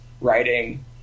writing